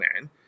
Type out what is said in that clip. man